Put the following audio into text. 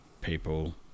people